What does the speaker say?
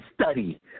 study